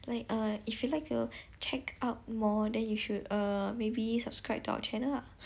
like err if you like to check out more then you should err maybe subscribe to our channel ah